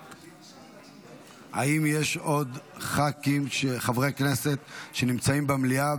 האם יש מישהו מחברי הכנסת שנמצאים במליאה,